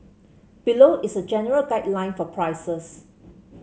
below is a general guideline for prices